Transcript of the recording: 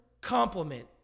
compliment